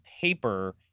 paper